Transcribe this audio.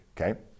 Okay